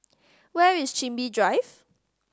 where is Chin Bee Drive